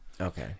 Okay